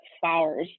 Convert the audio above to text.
flowers